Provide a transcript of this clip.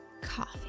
coffee